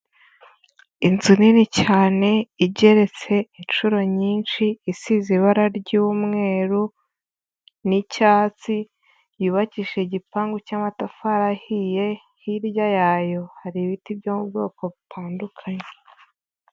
Inzu nini cyane igeretse inshuro nyinshi isize ibara ry'umweru n'icyatsi, yubakishije igipangu cy'amatafari ahiye, hirya yayo hari ibiti byo mu bwoko butandukanye.